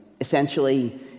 Essentially